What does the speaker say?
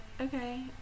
okay